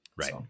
Right